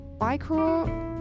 micro